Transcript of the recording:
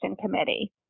committee